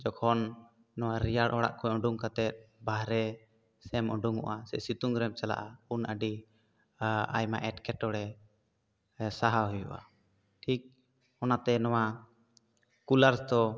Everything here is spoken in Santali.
ᱡᱚᱠᱷᱚᱱ ᱱᱚᱣᱟ ᱨᱮᱭᱟᱲ ᱚᱲᱟᱜ ᱠᱷᱚᱱ ᱚᱰᱚᱝ ᱠᱟᱛᱮᱜ ᱵᱟᱦᱨᱮ ᱥᱮᱫ ᱮᱢ ᱩᱰᱩᱝᱚᱜᱼᱟ ᱥᱤᱛᱩᱝ ᱨᱮᱢ ᱪᱟᱞᱟᱜᱼᱟ ᱩᱱ ᱟᱹᱰᱤ ᱟᱭᱢᱟ ᱮᱴᱠᱮᱴᱚᱬᱮ ᱥᱟᱦᱟᱣ ᱦᱩᱭᱩᱜᱼᱟ ᱴᱷᱤᱠ ᱚᱱᱟᱛᱮ ᱱᱚᱣᱟ ᱠᱩᱞᱟᱨᱥ ᱫᱚ